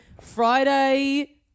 Friday